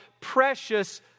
precious